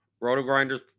Roto-Grinders